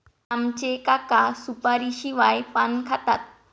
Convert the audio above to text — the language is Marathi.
राम चे काका सुपारीशिवाय पान खातात